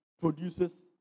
Produces